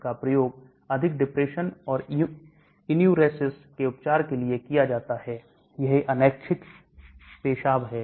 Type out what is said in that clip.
इसका प्रयोग अधिक depression और enuresis के उपचार के लिए किया जाता है यह अनैच्छिक पेशाब है